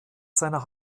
seiner